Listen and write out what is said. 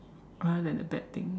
rather than the bad thing